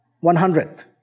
one-hundredth